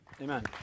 Amen